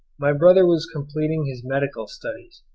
my brother was completing his medical studies,